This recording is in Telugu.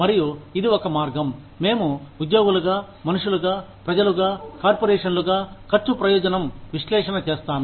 మరియు ఇది ఒక మార్గం మేము ఉద్యోగులుగా మనుషులుగా ప్రజలుగా కార్పొరేషన్లుగా ఖర్చు ప్రయోజనం విశ్లేషణ చేస్తాను